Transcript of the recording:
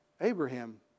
Abraham